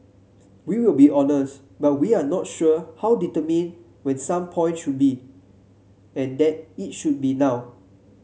we will be honest but we're not sure how determined when some point should be and that it should be now